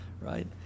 right